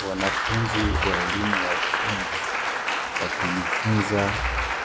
Wanafunzi wa elimu ya ufundi, wakijifunza